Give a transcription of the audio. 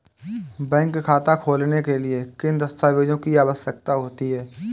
Bank खाता खोलने के लिए किन दस्तावेज़ों की आवश्यकता होती है?